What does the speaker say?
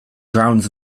grounds